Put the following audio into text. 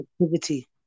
activity